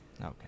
Okay